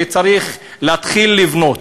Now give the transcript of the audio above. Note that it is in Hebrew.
וצריך להתחיל לבנות.